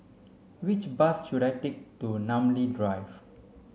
which bus should I take to Namly Drive